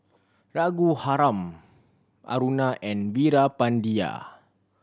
Raghuram Aruna and Veerapandiya